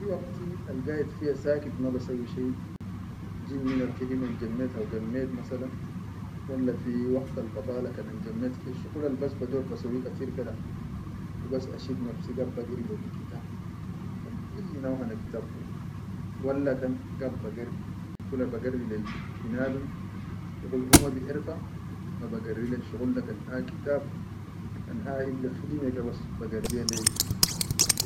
Fi waqit al gaid fiya sakit ma basauyi shai jid minal khidime jammet haw gammet masalan, walla fi waqtal badala kan an jammet shuqulal bas bador bassayyi kateer ke da, hubas a shif nafsi gaid bagiri fi kitab, kan ayyi naw hana kitab kula, walla kan gaid bagarri, kula ba garrid le nadum shuqul ha ma biʼerfa haw be garri lek shuqul da kan a kitab kan a ille khidime ke basba garriya lek.